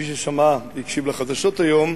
מי שהקשיב לחדשות היום,